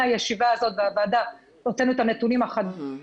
הישיבה הזאת בוועדה הוצאנו את הנתונים החדשים.